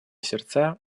сердца